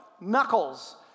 knuckles